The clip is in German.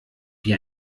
wie